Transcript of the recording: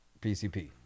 PCP